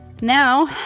Now